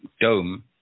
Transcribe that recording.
dome